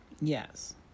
Yes